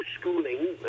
schooling